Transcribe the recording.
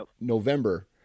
November